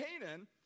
Canaan